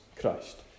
Christ